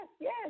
Yes